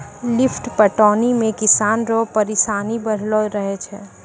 lift पटौनी मे किसान रो परिसानी बड़लो रहै छै